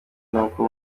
n’uko